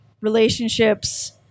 relationships